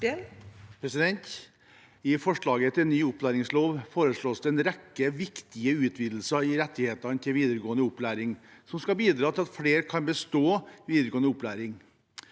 I forslaget til ny opplæringslov foreslås det en rekke viktige utvidelser i rettighetene til videregående opplæring som skal bidra til at flere kan bestå videregående opplæring.